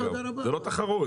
זה לא תחרות.